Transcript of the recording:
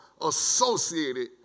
associated